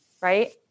Right